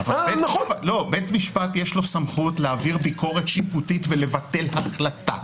בית משפט יש לו סמכות להעביר ביקורת שיפוטית ולבטל החלטה.